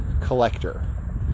collector